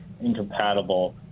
incompatible